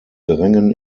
drängen